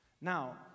Now